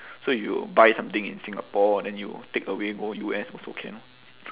so you buy something in singapore then you take away go U_S also can